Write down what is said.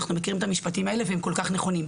אנחנו מכירים את המשפטים האלה והם כל כך נכונים.